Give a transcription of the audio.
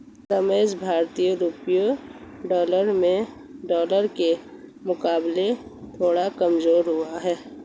रमेश भारतीय रुपया डॉलर के मुकाबले थोड़ा कमजोर हुआ है